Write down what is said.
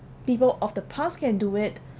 people of the past can do it